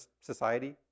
society